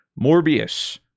Morbius